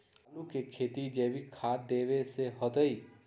आलु के खेती जैविक खाध देवे से होतई?